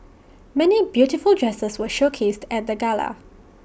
many beautiful dresses were showcased at the gala